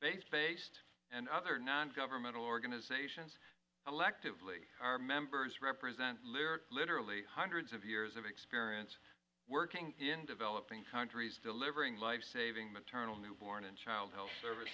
groups based and other non governmental organizations electively our members represent literally hundreds of years of experience working in developing countries delivering lifesaving maternal newborn and child health service